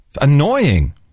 Annoying